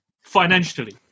financially